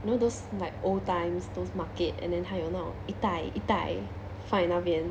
you know those like old times those market and then 还有那种一袋一袋放在那边